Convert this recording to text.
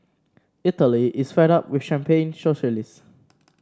Italy is fed up with champagne socialist